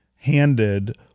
handed